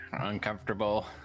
uncomfortable